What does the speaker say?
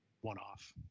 one-off